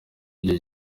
icyo